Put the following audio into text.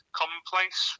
commonplace